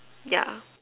yeah